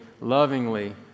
lovingly